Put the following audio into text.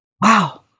Wow